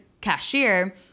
cashier